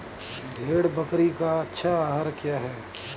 भेड़ बकरी का अच्छा आहार क्या है?